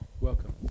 Welcome